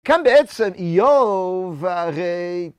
כאן בעצם איוב הרי